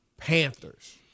Panthers